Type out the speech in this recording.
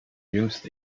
jüngst